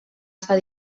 estar